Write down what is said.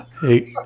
Hey